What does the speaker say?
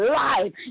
life